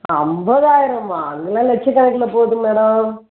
ஐம்பதாயிரமா அங்கெல்லாம் லட்சக் கணக்கில் போகுது மேடம்